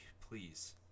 please